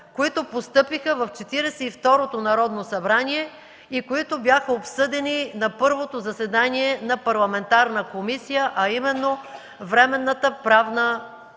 Четиридесет и второто Народно събрание и които бяха обсъдени на първото заседание на парламентарна комисия, а именно Временната правна